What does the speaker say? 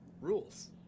rules